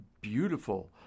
beautiful